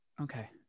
okay